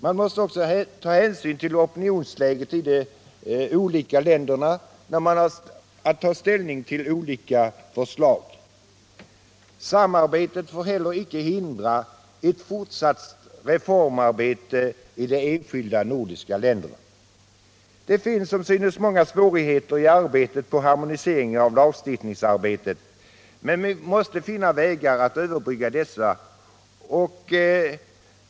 Man måste också ta hänsyn till opinionsläget i de olika länderna när man har att ta ställning till olika förslag. Samarbetet får heller inte hindra ett fortsatt reformarbete i de enskilda länderna. Det finns som synes många svårigheter i arbetet på harmonisering av lagstiftningen, men vi måste finna vägar att överbrygga dessa.